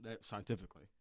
scientifically